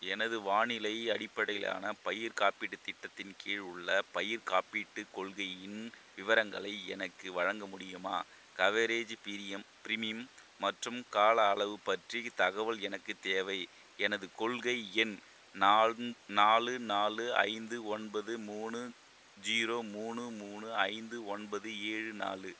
எனது வானிலை அடிப்படையிலான பயிர் காப்பீட்டுத் திட்டத்தின் கீழ் உள்ள பயிர்க் காப்பீட்டுக் கொள்கையின் விவரங்களை எனக்கு வழங்க முடியுமா கவரேஜ் பீரியம் பிரீமியம் மற்றும் கால அளவு பற்றி தகவல் எனக்குத் தேவை எனது கொள்கை எண் நான் நாலு நாலு ஐந்து ஒன்பது மூணு ஜீரோ மூணு மூணு ஐந்து ஒன்பது ஏழு நாலு